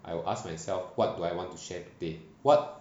I will ask myself what do I want to share today what